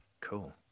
cool